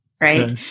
Right